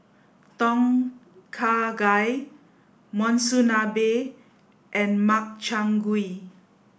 Tom Kha Gai Monsunabe and Makchang gui